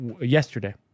yesterday